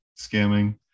scamming